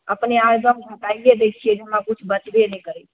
अपने आइ जाउ बतइए दै छियै हमरा किछु बचबे नहि करै छै